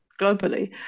globally